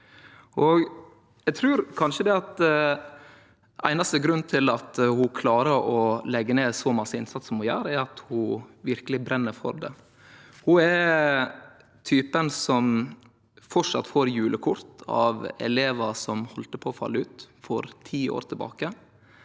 Eg trur at den einaste grunnen til at ho klarer å leggje ned så masse innsats som ho gjer, er at ho verkeleg brenn for det. Ho er typen som framleis får julekort av elevar som heldt på å falle ut for ti år tilbake.